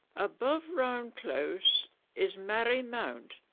above round close is marrie mount,